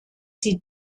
sie